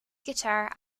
guitar